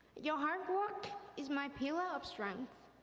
your hard work is my pillar of strength.